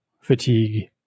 fatigue